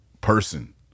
person